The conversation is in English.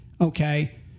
Okay